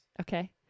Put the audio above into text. okay